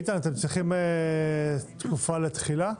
איתן, אתם צריכים תקופה לתחילה?